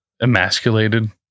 emasculated